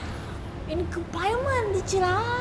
என்னக்கு பயமா இருந்துச்சி:ennaku bayama irunthuchi lah